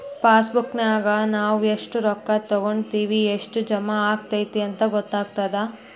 ಪಾಸಬುಕ್ನ್ಯಾಗ ನಾವ ಎಷ್ಟ ರೊಕ್ಕಾ ತೊಕ್ಕೊಂಡಿವಿ ಎಷ್ಟ್ ಜಮಾ ಆಗೈತಿ ಅಂತ ಗೊತ್ತಾಗತ್ತ